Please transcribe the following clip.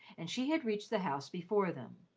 and she had reached the house before them.